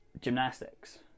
gymnastics